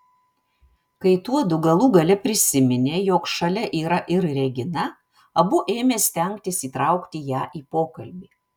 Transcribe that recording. kai tuodu galų gale prisiminė jog šalia yra ir regina abu ėmė stengtis įtraukti ją į pokalbį